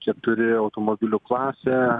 keturi automobilių klasė